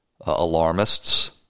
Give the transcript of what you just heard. alarmists